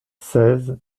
seize